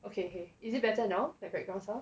okay okay is it better now that if I get closer